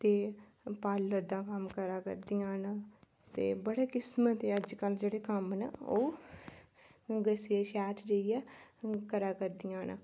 ते पार्लर दा कम्म करा करदियां न ते बड़े किस्म दे अजकल जेह्ड़े कम्म न ओह् शैह्र जाइयै करा करदियां न